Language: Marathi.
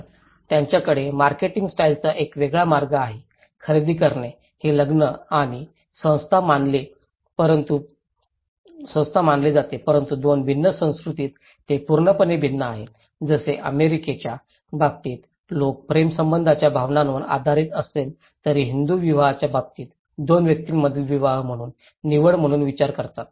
पण त्यांच्याकडे मार्केटिंग स्टाइलचा एक वेगळा मार्ग आहे खरेदी करणे हे लग्न आणि संस्था मानले जाते परंतु 2 भिन्न संस्कृतीत हे पूर्णपणे भिन्न आहे जसे अमेरिकेच्या बाबतीत लोक प्रेमसंबंधांच्या भावनांवर आधारित असले तरी हिंदू विवाहाच्या बाबतीत दोन व्यक्तींमधील विवाह म्हणून निवड म्हणून विचार करतात